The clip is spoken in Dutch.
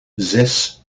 zes